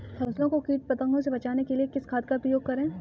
फसलों को कीट पतंगों से बचाने के लिए किस खाद का प्रयोग करें?